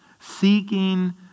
seeking